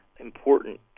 important